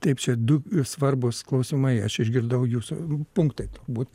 taip čia du svarbūs klausimai aš išgirdau jūsų punktai turbūt